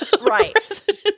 right